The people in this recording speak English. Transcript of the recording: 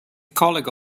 colleague